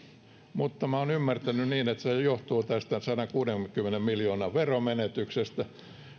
mutta minä olen ymmärtänyt niin että se johtuu tästä sadankuudenkymmenen miljoonan veromenetyksestä